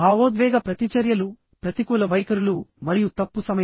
భావోద్వేగ ప్రతిచర్యలుప్రతికూల వైఖరులు మరియు తప్పు సమయం